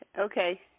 Okay